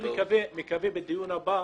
אני מקווה שבדיון הבא